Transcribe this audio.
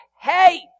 hey